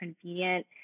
convenient